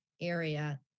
area